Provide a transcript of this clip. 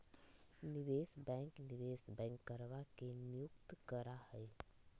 निवेश बैंक निवेश बैंकरवन के नियुक्त करा हई